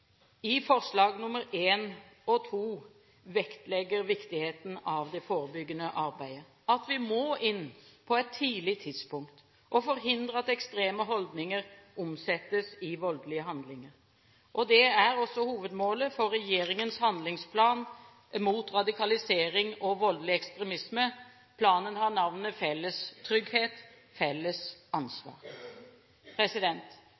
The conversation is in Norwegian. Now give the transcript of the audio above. i forslag nr. I og II vektlegger viktigheten av det forebyggende arbeidet, at vi må inn på et tidlig tidspunkt og forhindre at ekstreme holdninger omsettes i voldelige handlinger. Det er også hovedmålet for regjeringens handlingsplan mot radikalisering og voldelig ekstremisme. Planen har navnet Felles trygghet – felles